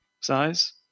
size